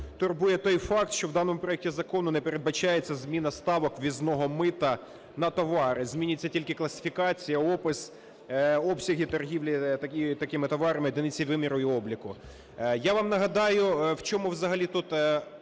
турбує той факт, що в даному проекті закону не передбачається зміна ставок ввізного мита на товари. Змінюється тільки класифікація, опис, обсяги торгівлі такими товарами, одиниці виміру і обліку. Я вам нагадаю, в чому взагалі тут